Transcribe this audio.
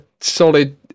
solid